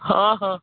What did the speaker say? ହଁ ହଁ